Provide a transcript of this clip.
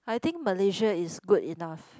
I think Malaysia is good enough